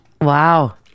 Wow